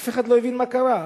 אף אחד לא הבין מה קרה.